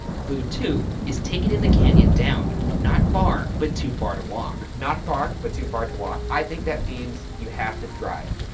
clue two is, take it in the canyon down, not far, but too far to walk. not far, but too far to walk, i think that means you have to drive.